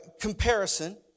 comparison